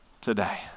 today